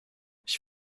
ich